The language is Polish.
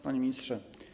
Panie Ministrze!